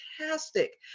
fantastic